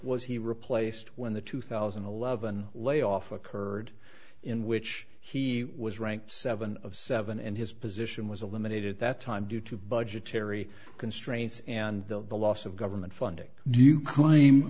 was he replaced when the two thousand and eleven layoff occurred in which he was ranked seven of seven and his position was eliminated at that time due to budgetary constraints and the loss of government funding do you claim